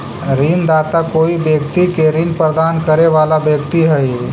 ऋणदाता कोई व्यक्ति के ऋण प्रदान करे वाला व्यक्ति हइ